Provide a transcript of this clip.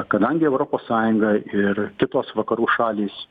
kadangi europos sąjunga ir kitos vakarų šalys